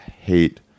hate